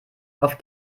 auf